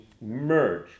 merge